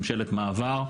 ממשלת מעבר,